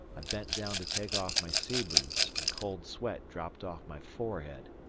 i bent down to take off my sea-boots, and cold sweat dropped off my forehead,